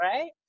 right